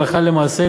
הלכה למעשה,